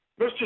Mr